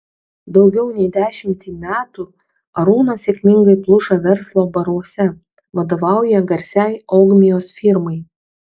daugiau nei dešimtį metų arūnas sėkmingai pluša verslo baruose vadovauja garsiai ogmios firmai